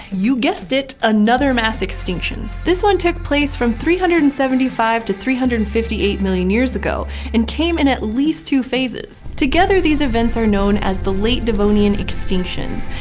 you guessed it, another mass extinction. this one took place from three hundred and seventy five to three hundred and fifty eight million years ago and came in at least two phases. together events are known as the late devonian extinctions,